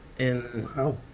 Wow